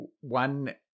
One